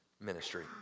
ministry